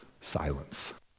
silence